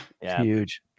Huge